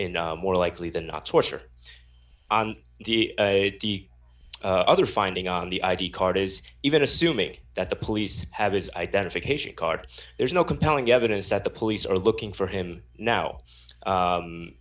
in more likely than not torture on the other finding on the id card is even assuming that the police have his identification card there's no compelling evidence that the police are looking for him now